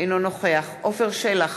אינו נוכח עפר שלח,